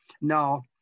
Now